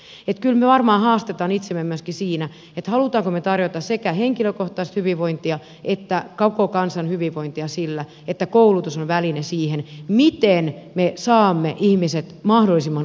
kyllä me varmaan haastamme itsemme myöskin siinä haluammeko me tarjota sekä henkilökohtaista hyvinvointia että koko kansan hyvinvointia sillä että koulutus on väline siihen miten me saamme ihmiset mahdollisimman osaaviksi